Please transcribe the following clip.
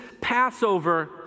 Passover